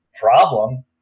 problem